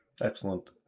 Excellent